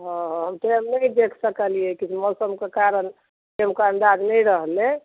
हँ हँ हम टाइम नहि देखि सकलियै कि मौसमके कारण टाइमके अन्दाज नहि रहलै